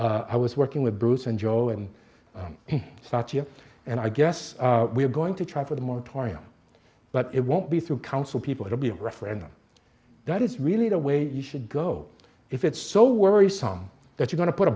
study i was working with bruce and joe and i'm such a and i guess we're going to try for the moratorium but it won't be through council people it'll be a referendum that it's really the way you should go if it's so worrisome that you going to put a